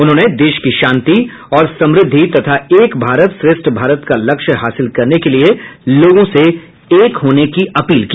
उन्होंने देश की शांति और समृद्धि तथा एक भारत श्रेष्ठ भारत का लक्ष्य हासिल करने के लिए लोगों से एक होने की अपील की